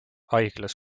haiglas